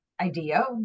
idea